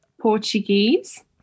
Portuguese